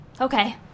Okay